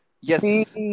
yes